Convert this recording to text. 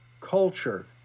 culture